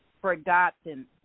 Forgotten